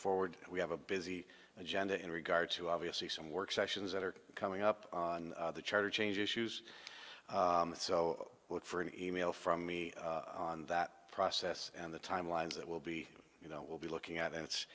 forward we have a busy agenda in regard to obviously some work sessions that are coming up on the charter change issues so look for an e mail from me on that process and the timelines that will be you know we'll be looking at and it's